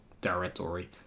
territory